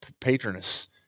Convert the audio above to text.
patroness